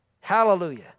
Hallelujah